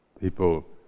people